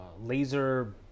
laser